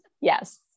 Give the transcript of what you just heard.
Yes